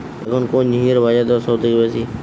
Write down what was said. এখন কোন ঝিঙ্গের বাজারদর সবথেকে বেশি?